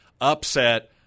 upset